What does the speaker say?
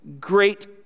Great